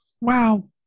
Wow